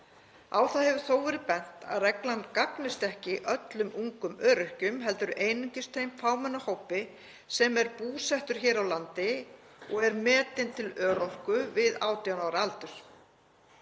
Á það hefur þó verið bent að reglan gagnist ekki öllum ungum öryrkjum, heldur einungis þeim fámenna hópi sem er búsettur hér á landi og er metinn til örorku við 18 ára aldur.